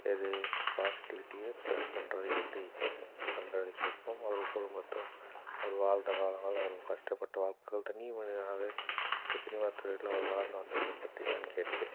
எது பாசிட்டிவிட்டியை ஸ்ப்ரெட் பண்ணுறது எப்படி பண்ணுறதை கேட்போம் அவர் வாழ்ந்த காலங்கள் அவர் கஷ்டப்பட்ட நாட்கள் தனி மனிதனாக இந்த சினிமா துறையில் அவர் வளர்ந்து வந்த விவரம் பற்றி நான் கேட்பேன்